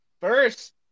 First